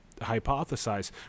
hypothesize